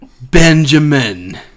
Benjamin